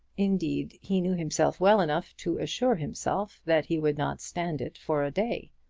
indeed he knew himself well enough to assure himself that he would not stand it for a day.